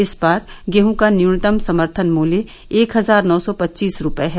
इस बार गेहूं का न्यूनतम समर्थन मूल्य एक हजार नौ सौ पच्चीस रूपये है